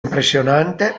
impressionante